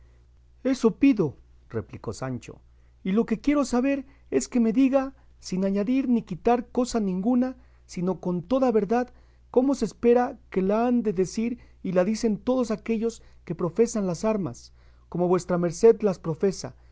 eso pido replicó sancho y lo que quiero saber es que me diga sin añadir ni quitar cosa ninguna sino con toda verdad como se espera que la han de decir y la dicen todos aquellos que profesan las armas como vuestra merced las profesa